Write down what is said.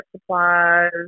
supplies